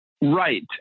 Right